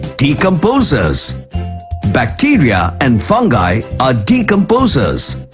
decomposers bacteria and fungi are decomposers.